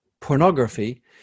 pornography